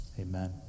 Amen